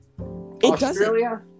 Australia